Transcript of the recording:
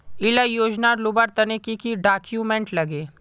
इला योजनार लुबार तने की की डॉक्यूमेंट लगे?